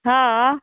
हँ